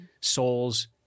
souls